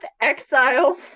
exile